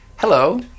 Hello